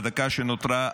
בדקה שנותרה,